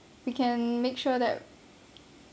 we can make sure that